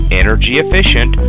energy-efficient